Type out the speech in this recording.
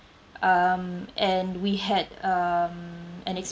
um and we had um an